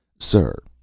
sir,